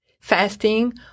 fasting